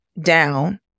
down